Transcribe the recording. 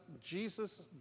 Jesus